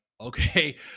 okay